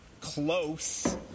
close